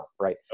right